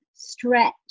stretch